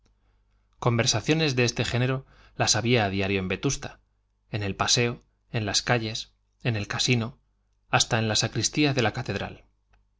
conversaciones de este género las había a diario en vetusta en el paseo en las calles en el casino hasta en la sacristía de la catedral